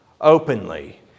openly